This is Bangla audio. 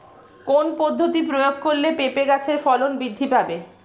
কোন পদ্ধতি প্রয়োগ করলে পেঁপে গাছের ফলন বৃদ্ধি পাবে?